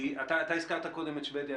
כי אתה הזכרת קודם את שוודיה.